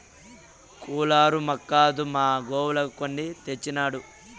cooler మాక్కాదు మా గోవులకు కొని తెచ్చినాడు